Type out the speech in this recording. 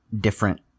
different